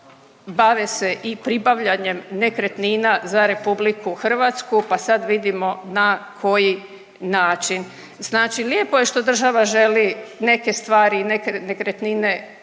bave se i pribavljanjem nekretnina za RH pa sad vidimo na koji način. Znači lijepo je što država želi neke stvari nekretnine riješiti